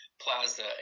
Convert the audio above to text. Plaza